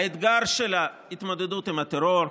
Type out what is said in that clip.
האתגר של התמודדות עם הטרור,